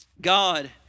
God